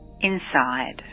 inside